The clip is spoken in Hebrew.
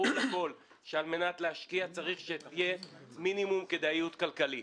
ברור לכול שעל מנת להשקיע צריך שתהיה מינימום כדאיות כלכלית.